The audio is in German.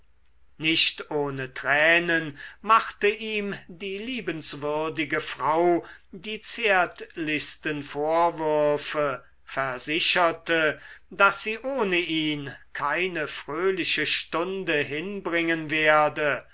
nicht ohne tränen machte ihm die liebenswürdige frau die zärtlichsten vorwürfe versicherte daß sie ohne ihn keine fröhliche stunde hinbringen werde